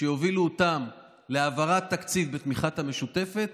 שיובילו אותם להעברת תקציב בתמיכת המשותפת,